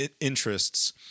interests